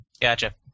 Gotcha